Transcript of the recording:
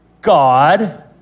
God